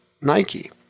Nike